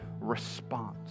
response